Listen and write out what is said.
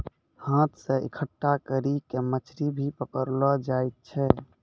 हाथ से इकट्ठा करी के मछली भी पकड़लो जाय छै